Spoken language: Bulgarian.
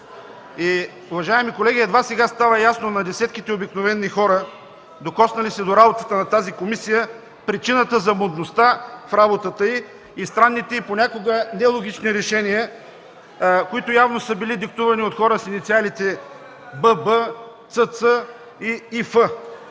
Уважаеми колеги, едва сега стана ясно на десетките обикновени хора, докоснали се до работата на тази комисия, причината за мудността в работата й и в странните й и понякога нелогични решения, които явно са били диктувани от хора с инициалите ББ, ЦЦ и ИФ.